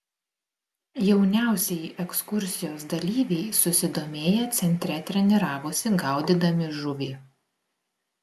jauniausieji ekskursijos dalyviai susidomėję centre treniravosi gaudydami žuvį